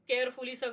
Carefully